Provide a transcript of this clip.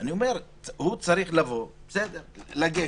הוא צריך לגשת,